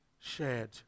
shared